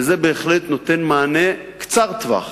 וזה בהחלט נותן מענה קצר טווח.